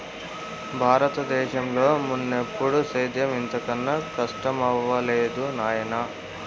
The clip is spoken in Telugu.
బారత దేశంలో మున్నెప్పుడూ సేద్యం ఇంత కనా కస్టమవ్వలేదు నాయనా